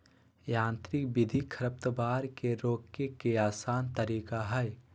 यांत्रिक विधि खरपतवार के रोके के आसन तरीका हइ